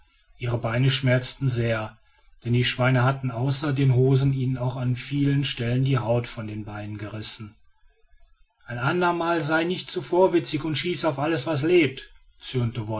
ihre beine schmerzten sehr denn die schweine hatten außer den hosen ihnen auch an vielen stellen die haut von den beinen gerissen ein andermal sei nicht so vorwitzig und schieße auf alles was lebt